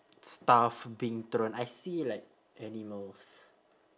stuff being thrown I see like animals